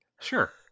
Sure